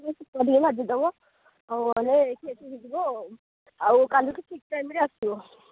ଆଉ ଶୁଖୁଆ ଟିକେ ଭାଜି ଦେବ ଆଉ କାଲିକି ଠିକ ଟାଇମ୍ରେ ଆସିବ